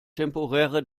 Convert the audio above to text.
temporäre